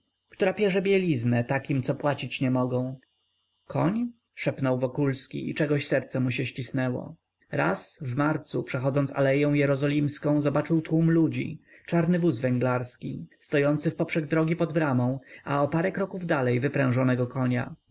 która pierze bieliznę takim co płacić nie mogą koń szepnął wokulski i czegoś serce mu się ścisnęło raz w marcu przechodząc aleją jerozolimską zobaczył tłum ludzi czarny wóz węglarski stojący wpoprzek drogi pod bramą a o parę kroków dalej wyprzężonego konia